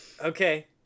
Okay